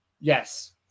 Yes